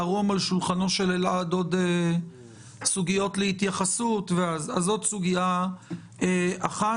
האם ההגבלה לאשכולות 1 עד 5